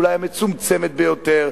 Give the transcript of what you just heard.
אולי המצומצמת ביותר.